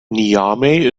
niamey